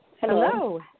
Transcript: Hello